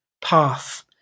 path